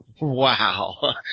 Wow